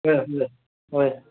ꯍꯣꯏ ꯍꯣꯏ ꯍꯣꯏ